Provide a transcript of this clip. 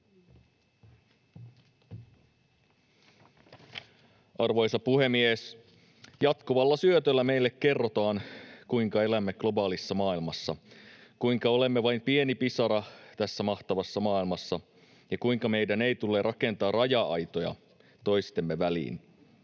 Arvoisa puhemies! Jatkuvalla syötöllä meille kerrotaan, kuinka elämme globaalissa maailmassa, kuinka olemme vain pieni pisara tässä mahtavassa maailmassa ja kuinka meidän ei tule rakentaa raja-aitoja toistemme väliin.